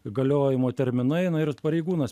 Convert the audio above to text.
galiojimo terminai na ir pareigūnas